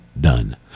done